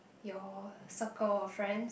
your circle of friends